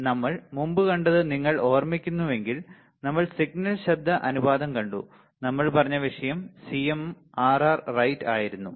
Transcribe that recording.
അതിനാൽ നമ്മൾ മുമ്പ് കണ്ടത് നിങ്ങൾ ഓർമിക്കുന്നുവെങ്കിൽ നമ്മൾ സിഗ്നൽ ശബ്ദ അനുപാതം കണ്ടു നമ്മൾ പറഞ്ഞ വിഷയം CMRR റൈറ്റ് ആയിരുന്നു